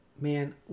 Man